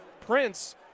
Prince